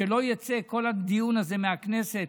שלא יצא כל הדיון הזה מהכנסת